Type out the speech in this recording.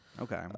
Okay